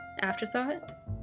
Afterthought